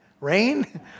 Rain